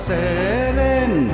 Seren